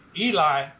Eli